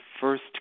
first